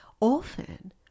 often